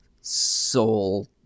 soul